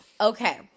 Okay